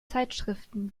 zeitschriften